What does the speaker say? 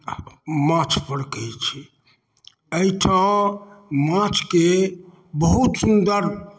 माछपर कहैत छी एहिठाँ माछके बहुत सुन्दर